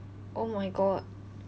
oh my god